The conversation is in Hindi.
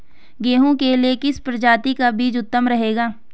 गेहूँ के लिए किस प्रजाति का बीज उत्तम रहेगा?